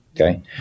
Okay